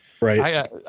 Right